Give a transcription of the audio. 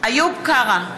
איוב קרא,